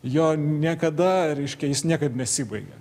jo niekada reiškia jis niekad nesibaigia